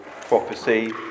prophecy